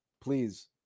please